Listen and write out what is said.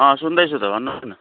अँ सुन्दैछु त भन्नुहोस् न